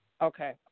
Okay